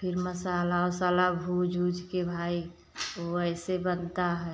फिर मसाला ओसाला भून ऊज के भाई वैसे बनता है